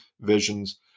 visions